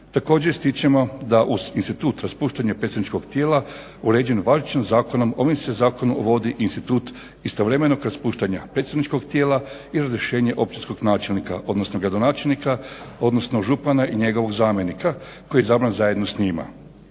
Također ističemo da u institut raspuštanje predsjedničkog tijela uređen …/Govornik se ne razumije/… zakonom, ovim se zakonom institut istovremeno kod raspuštanja predstavničkog tijela i razrješenje općinskog načelnika odnosno gradonačelnika odnosno župana i njegovog zamjenika koji je izbran zajedno s njima.